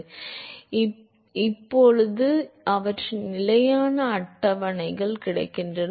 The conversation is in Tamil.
எனவே இப்போது அவற்றின் நிலையான அட்டவணைகள் கிடைக்கின்றன